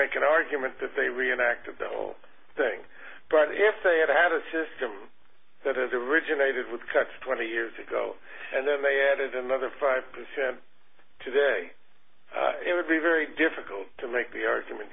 reckon argument that they reenacted the whole thing but if they had had a system that has originated with cuts twenty years ago and then they added another five today it would be very difficult to make the argument